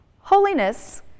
holiness